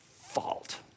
fault